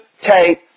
take